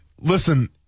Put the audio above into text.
Listen